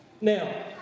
Now